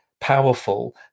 powerful